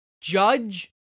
Judge